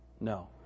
No